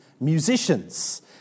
musicians